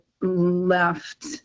left